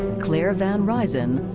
claire van ryzin.